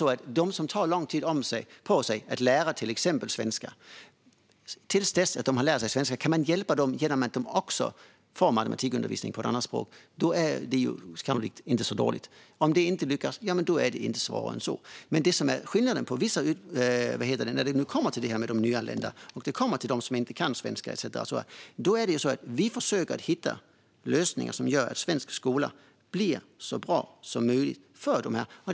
Men dem som tar lång tid på sig att lära sig svenska kan man hjälpa genom att de också får matematikundervisning på ett annat språk. Det är sannolikt inte så dåligt. Skillnaden när det kommer till de nyanlända och de personer som inte kan svenska är att vi försöker hitta lösningar som gör att svensk skola blir så bra som möjligt för dem.